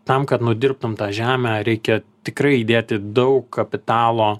tam kad nudirbtum tą žemę reikia tikrai įdėti daug kapitalo